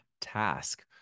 Task